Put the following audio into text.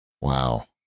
Wow